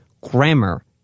grammar